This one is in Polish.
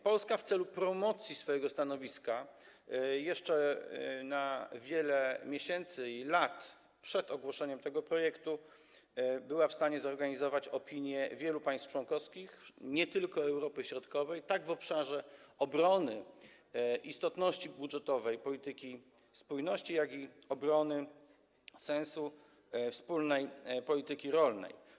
Polska w celu promocji swojego stanowiska jeszcze na wiele miesięcy i lat przed ogłoszeniem tego projektu była w stanie zdobyć opinie wielu państw członkowskich, nie tylko z Europy Środkowej, tak w obszarze obrony istotności budżetowej polityki spójności, jak i obrony sensu wspólnej polityki rolnej.